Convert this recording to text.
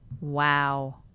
Wow